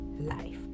life